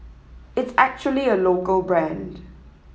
it's actually a local brand